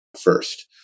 first